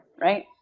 right